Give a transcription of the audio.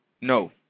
No